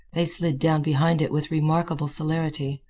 they slid down behind it with remarkable celerity,